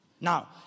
Now